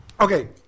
Okay